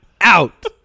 out